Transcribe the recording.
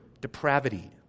depravity